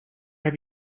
have